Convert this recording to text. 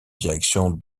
direction